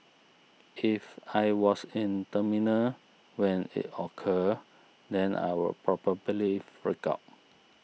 if I was in terminal when it occurred then I'll probably freak out